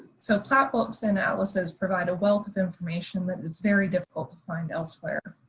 so plat books and atlases provide a wealth of information that is very difficult to find elsewhere.